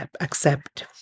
accept